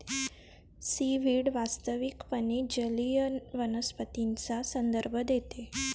seaweed वास्तविकपणे जलीय वनस्पतींचा संदर्भ देते